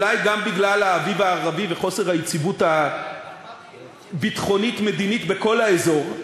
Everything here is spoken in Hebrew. אולי גם בגלל האביב הערבי וחוסר היציבות הביטחונית-מדינית בכל האזור,